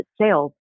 sales